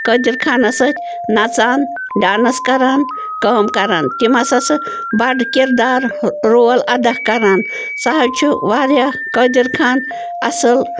قٲدِر خانس سۭتۍ نَژان ڈانٕس کَران کٲم کَران تِم ہَسا سۅ بَڈٕ کِردار رول اَدا کَران سُہ حظ چھُ وارِیاہ قٲدِر خان اَصٕل